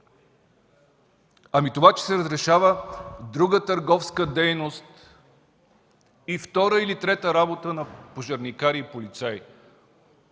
Ами това, че се разрешава друга търговска дейност и втора или трета работа на пожарникари и полицаи?